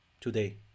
today